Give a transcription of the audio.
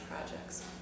projects